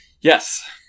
Yes